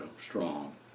strong